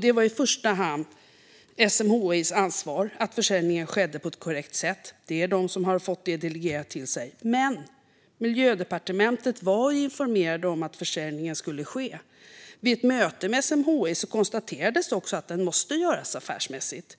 Det var i första hand SMHI:s ansvar att försäljningen skulle ske på ett korrekt sätt, eftersom det är SMHI som har fått detta delegerat till sig, men Miljödepartementet var informerade om att försäljningen skulle ske. Vid ett möte med SMHI konstaterades också att den måste göras affärsmässigt.